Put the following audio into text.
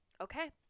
okay